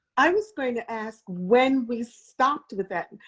i was going to ask when we stopped with that.